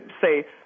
say